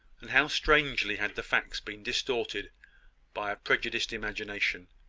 and how strangely had the facts been distorted by a prejudiced imagination!